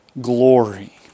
glory